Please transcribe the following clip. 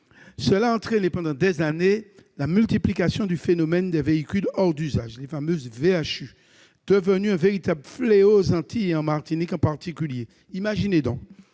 a entraîné, pendant des années, la multiplication du phénomène des véhicules hors d'usage- les fameux VHU -devenu un véritable fléau aux Antilles, en particulier en Martinique. Imaginez donc,